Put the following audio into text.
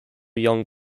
young